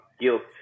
guilt